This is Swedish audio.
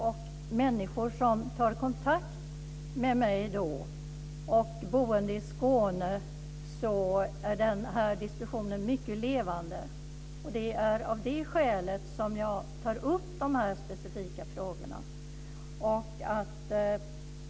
Också bland människor som tar kontakt med mig, människor boende i Skåne, är den här diskussionen mycket levande. Det är av det skälet som jag tar upp de här specifika frågorna.